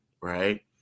right